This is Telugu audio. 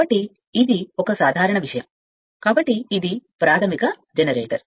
కాబట్టి ఇది ఒక సాధారణ విషయం కాబట్టి ఇది ప్రాథమిక జనరేటర్